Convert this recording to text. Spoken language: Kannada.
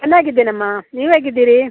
ಚೆನ್ನಾಗಿದ್ದೀನಮ್ಮ ನೀವೇಗಿದ್ದೀರಿ